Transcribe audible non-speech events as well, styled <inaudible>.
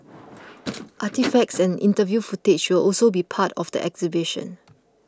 <noise> artefacts and interview footage will also be part of the exhibition